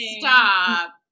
stop